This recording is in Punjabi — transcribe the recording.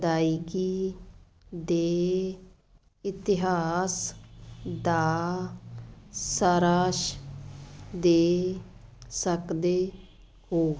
ਅਦਾਇਗੀ ਦੇ ਇਤਿਹਾਸ ਦਾ ਸਾਰਾਂਸ਼ ਦੇ ਸਕਦੇ ਹੋ